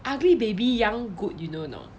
ugly baby young good you know or not